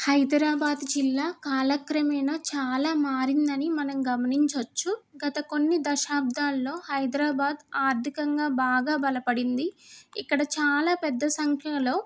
హైదరాబాద్ జిల్లా కాలక్రమేణ చాలా మారింది అని మనం గమనించవచ్చు గత కొన్ని దశాబ్దాలలో హైదరాబాద్ ఆర్థికంగా బాగా బలపడింది ఇక్కడ చాలా పెద్ద సంఖ్యలో